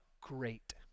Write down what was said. Great